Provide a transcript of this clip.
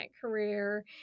career